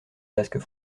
basque